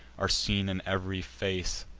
are seen in ev'ry face.